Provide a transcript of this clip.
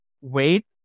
wait